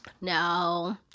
no